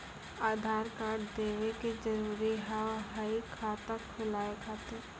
आधार कार्ड देवे के जरूरी हाव हई खाता खुलाए खातिर?